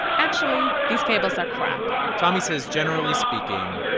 actually, these cables are crap tommy says, generally speaking,